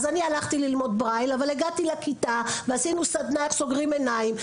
אני הלכתי ללמוד ברייל והגעתי לכיתה ועשינו סדנת סוגרים עיניים.